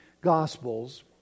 Gospels